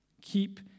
Keep